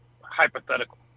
hypothetical